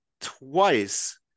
twice